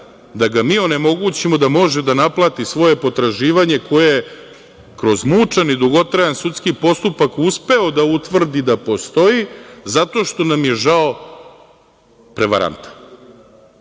da ga mi onemogućimo da ne može da naplati svoje potraživanje koje je kroz mučan i dugotrajan sudski postupak uspeo da utvrdi da postoji, zato što nam je žao prevaranta? Znate,